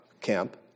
camp